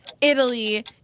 Italy